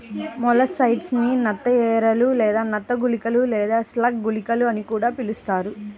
molluscicides ని నత్త ఎరలు, నత్త గుళికలు లేదా స్లగ్ గుళికలు అని కూడా పిలుస్తారు